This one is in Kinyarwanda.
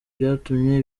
byatumye